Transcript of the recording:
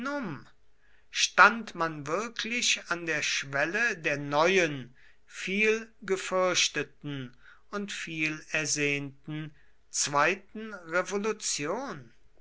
stand man wirklich an der schwelle der neuen vielgefürchteten und vielersehnten zweiten revolution